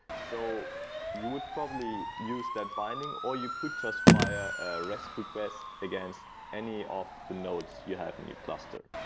so you would probably use that binding, or you could just fire a rest request against any of the nodes you have in your cluster.